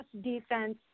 defense